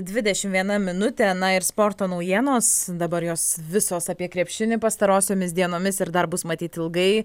dvidešimt viena minutė na ir sporto naujienos dabar jos visos apie krepšinį pastarosiomis dienomis ir dar bus matyt ilgai